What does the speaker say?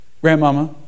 grandmama